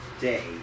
day